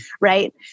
right